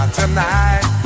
tonight